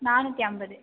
நானுற்றி ஐம்பது